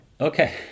Okay